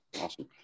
Awesome